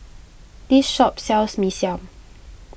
this shop sells Mee Siam